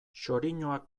xoriñoak